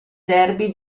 derby